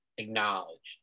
acknowledged